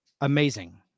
Amazing